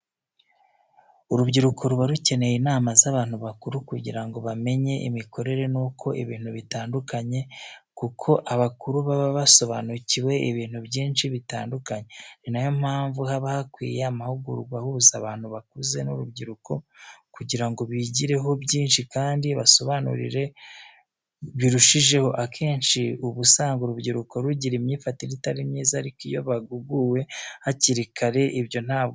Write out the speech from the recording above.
Urubyiruko ruba rukeneye inama z'abantu bakuru kugira ngo bamenye imikorere n'uko ibintu bitandukanye kuko abakuru baba basobanukiwe ibintu byinshi bitandukanye. Ni na yo mpamvu haba hakwiye amahugurwa ahuza abantu bakuze n'urubyiruko kugira ngo bigireho byinshi kandi babasobanurire birushijeho. Akenshi uba usanga urubyiruko rugira imyifatire itari myiza ariko iyo bahuguwe hakiri kare ibyo ntabwo bibaho.